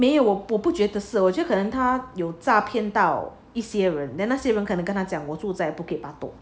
没有我不觉得是我觉得他可能有诈骗到一些人 then 那些人可能跟他讲我住在 bukit batok